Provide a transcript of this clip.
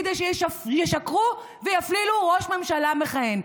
כדי שישקרו ויפלילו ראש ממשלה מכהן.